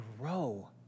grow